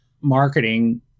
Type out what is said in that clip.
marketing